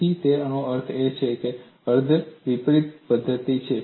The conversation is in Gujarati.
તેથી તે અર્થમાં તે અર્ધ વિપરીત પદ્ધતિ છે